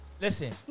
Listen